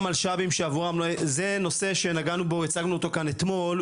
זה נושא שנגענו בו אתמול.